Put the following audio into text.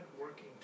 working